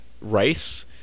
rice